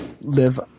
live